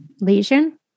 Lesion